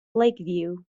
lakeview